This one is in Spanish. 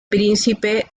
príncipe